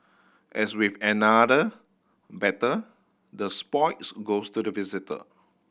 as with any other battle the spoils goes to the victor